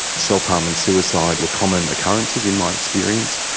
self-harm and suicide were common occurrences in my experience.